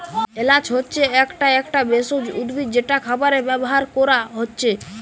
এলাচ হচ্ছে একটা একটা ভেষজ উদ্ভিদ যেটা খাবারে ব্যাভার কোরা হচ্ছে